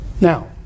Now